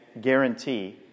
guarantee